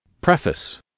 Preface